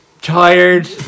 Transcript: Tired